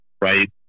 right